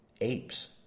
apes